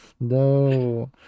No